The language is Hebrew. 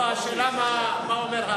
לא, השאלה מה אומר הרב.